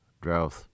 drought